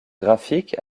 graphique